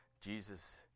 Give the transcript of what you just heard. Jesus